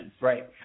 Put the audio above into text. Right